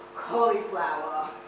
cauliflower